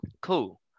cool